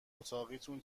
اتاقیتون